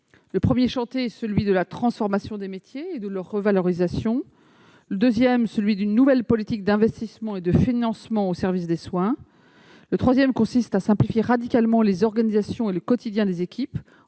Le premier chantier est celui de la transformation des métiers et de leur revalorisation. Le deuxième est celui d'une nouvelle politique d'investissement et de financement au service des soins. Le troisième consiste à simplifier radicalement l'organisation et le quotidien des équipes,